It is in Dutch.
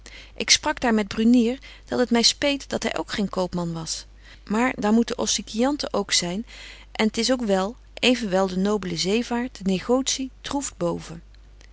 ik sprak daar met brunier dat het my speet dat hy ook geen koopman was maar daar moeten officianten ook zyn en t is ook wel evenwel de nobele zeevaart de negotie troeft boven